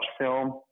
film